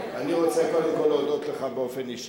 אני רוצה קודם כול להודות לך באופן אישי.